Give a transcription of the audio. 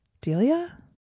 Delia